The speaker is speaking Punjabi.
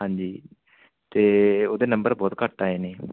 ਹਾਂਜੀ ਅਤੇ ਉਹਦੇ ਨੰਬਰ ਬਹੁਤ ਘੱਟ ਆਏ ਨੇ